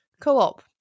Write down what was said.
Co-op